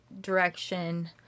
direction